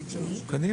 בסעיף 3ט. בסדר.